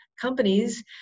companies